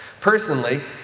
Personally